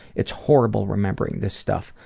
it's horrible remembering this stuff.